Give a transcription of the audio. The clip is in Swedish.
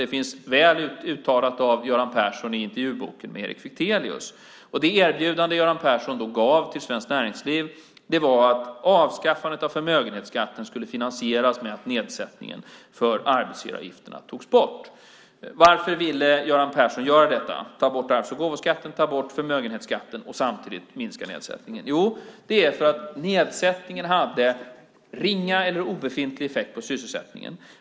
Det finns väl uttalat av Göran Persson i intervjuboken av Erik Fichtelius. Det erbjudande som Göran Persson då gav till Svenskt Näringsliv var att avskaffandet av förmögenhetsskatten skulle finansieras med att nedsättningen av arbetsgivaravgifterna togs bort. Varför ville Göran Persson göra detta, ta bort arvs och gåvoskatten, ta bort förmögenhetsskatten och samtidigt minska nedsättningen? Jo, det var för att nedsättningen hade ringa eller obefintlig effekt på sysselsättningen.